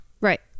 Right